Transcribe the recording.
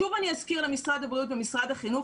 שוב אני אזכיר למשרד הבריאות ולמשרד החינוך.